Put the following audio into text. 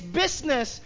business